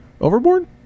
Overboard